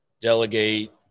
Delegate